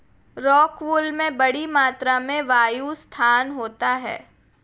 rockwool में बड़ी मात्रा में वायु स्थान होता है